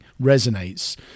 resonates